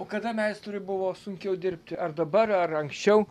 o kada meistrui buvo sunkiau dirbti ar dabar ar anksčiau